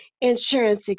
insurance